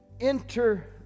Enter